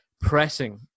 pressing